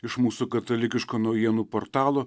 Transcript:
iš mūsų katalikiško naujienų portalo